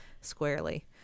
squarely